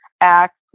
act